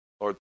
lord